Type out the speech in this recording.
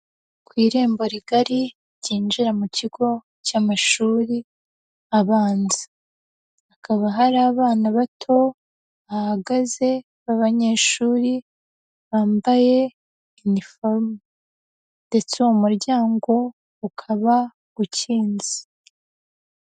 Ku irembo rigari, ryinjira mu kigo cy'amashuri abanza. Hakaba hari abana bato, bahagaze b'abanyeshuri bambaye iniforume. Ndetse uwo muryango ukaba ukinze.